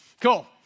Cool